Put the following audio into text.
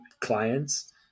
clients